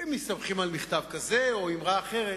מסתמכים על מכתב כזה או על אמרה אחרת.